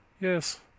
Yes